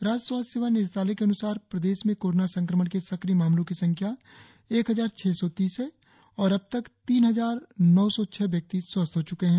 राज्य स्वास्थ्य सेवा निदेशालय के अन्सार प्रदेश में कोरोना संक्रमण के सक्रिय मामलों की संख्या एक हजार छह सौ तीस है और अबतक तीन हजार नौ सौ छह व्यक्ति स्वस्थ हो च्के है